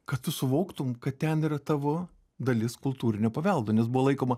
kad tu suvoktum kad ten yra tavo dalis kultūrinio paveldo nes buvo laikoma